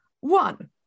one